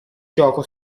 gioco